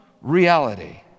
reality